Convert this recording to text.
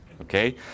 okay